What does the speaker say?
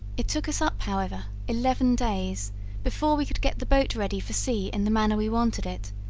it took us up however eleven days before we could get the boat ready for sea in the manner we wanted it,